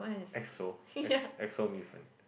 X O X X O mee-fen